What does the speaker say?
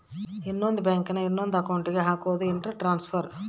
ಇನ್ನೊಂದ್ ಬ್ಯಾಂಕ್ ನ ಇನೊಂದ್ ಅಕೌಂಟ್ ಗೆ ಹಕೋದು ಇಂಟರ್ ಟ್ರಾನ್ಸ್ಫರ್